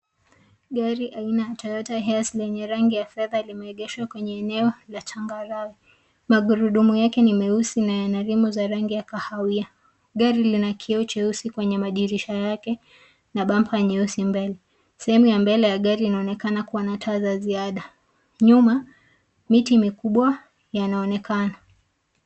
Gari aina ya Toyota Hiace lenye rangi ya fedha limeegeshwa kwenye eneo la changarawe. Magurudumu yake ni meusi na yana rim ya rangi ya kahawia. Gari lina kioo cheusi kwenye madirisha yake na bumper nyeusi mbele. Sehemu ya mbele ya gari inaonekana kuwa na taa za ziada. Nyuma, miti mikubwa yanaonekana.